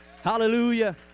Hallelujah